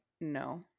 no